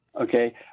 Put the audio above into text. Okay